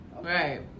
right